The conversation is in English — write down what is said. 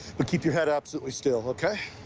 but keep your head absolutely still, ok?